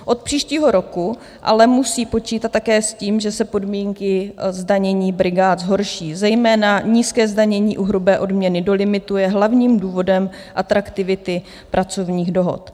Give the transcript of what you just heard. Od příštího roku ale musí počítat také s tím, že se podmínky zdanění brigád zhorší, zejména nízké zdanění u hrubé odměny do limitu je hlavním důvodem atraktivity pracovních dohod.